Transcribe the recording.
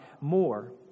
more